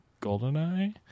GoldenEye